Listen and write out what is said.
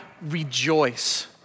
rejoice